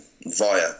via